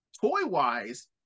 toy-wise